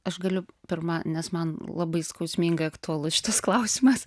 aš galiu pirma nes man labai skausmingai aktualus šitas klausimas